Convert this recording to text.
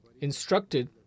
instructed